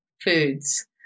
foods